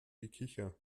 gekicher